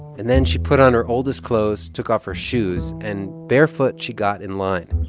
and then she put on her oldest clothes, took off her shoes. and, barefoot, she got in line.